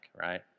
right